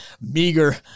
meager